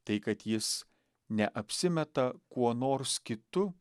tai kad jis neapsimeta kuo nors kitu